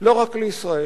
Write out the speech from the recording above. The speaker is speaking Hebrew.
לא רק לישראל,